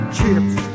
Chips